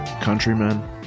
countrymen